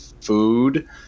food